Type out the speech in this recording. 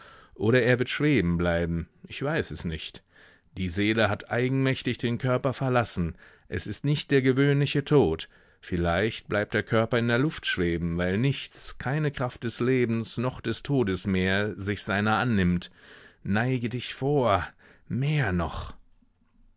oder er wird schweben bleiben ich weiß es nicht die seele hat eigenmächtig den körper verlassen es ist nicht der gewöhnliche tod vielleicht bleibt der körper in der luft schweben weil nichts keine kraft des lebens noch des todes mehr sich seiner annimmt neige dich vor mehr noch